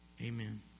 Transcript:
Amen